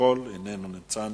אינו נוכח,